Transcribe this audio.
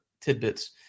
tidbits